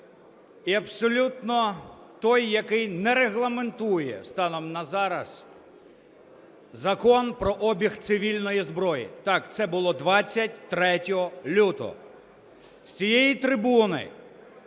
і абсолютно той, який не регламентує станом на зараз, Закон про обіг цивільної зброї. Так, це було 23 лютого. З цієї трибуни